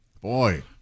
Boy